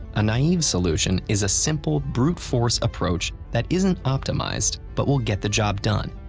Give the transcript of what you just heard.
a naive solution is a simple, brute-force approach that isn't optimized but will get the job done.